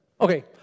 Okay